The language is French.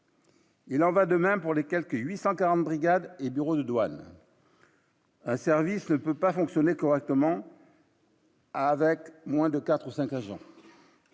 Il en va de même pour les quelque 840 brigades et bureaux de douane. Service le peut pas fonctionner correctement. Avec moins de 4 ou 5 jours.